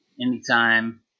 anytime